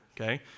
okay